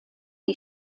die